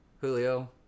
Julio